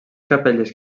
capelles